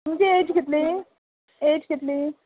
तुजी एज कितली एज कितली